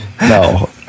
No